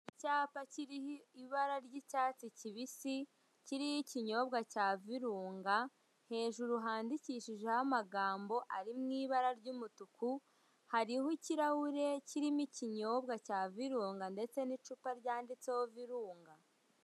Icyapa kiriho ibara ry'icyatsi kibisi, kiriho ikinyobwa cya Virunga, hejuru handikishijweho amagambo ari mu ibara ry'umutuku, hariho ikirahure kirimo ikinyobwa cya Virunga ndetse n'icupa ryanditseho Virunga.